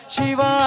Shiva